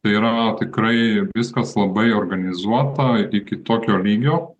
tai yra tikrai viskas labai organizuota iki tokio lygio